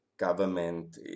government